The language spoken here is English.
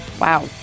Wow